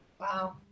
wow